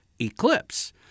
eclipse